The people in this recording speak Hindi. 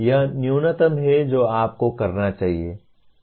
यह न्यूनतम है जो आपको करना चाहिए